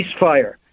ceasefire